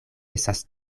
estas